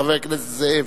חבר הכנסת זאב,